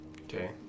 Okay